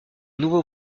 nouveaux